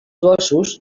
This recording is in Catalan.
gossos